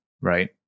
Right